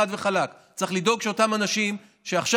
חד וחלק: צריך לדאוג שאותם אנשים שעכשיו